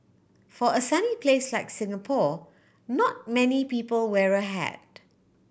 for a sunny place like Singapore not many people wear a hat